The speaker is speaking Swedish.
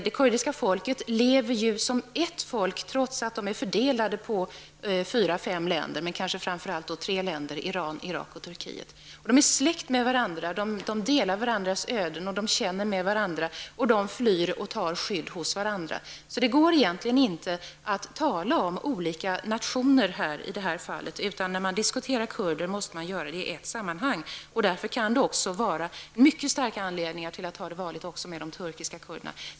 Det kurdiska folket lever ju som ett folk, trots att de är fördelade på fyra--fem länder, men kanske framför allt på tre länder: Iran, Irak och Turkiet. Kurderna är släkt med varandra. De delar varandras öden, känner med varandra och de flyr till och söker skydd hos varandra. Därför går det egentligen inte att tala om olika nationaliteter. När man diskuterar kurder måste man göra det i ett sammanhang. Därför kan det finnas mycket starka skäl att ta det varligt, också med de turkiska kurderna.